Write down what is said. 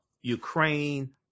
Ukraine